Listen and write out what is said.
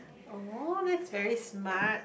oh that's very smart